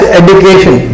education